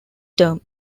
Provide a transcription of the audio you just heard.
term